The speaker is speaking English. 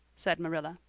said marilla.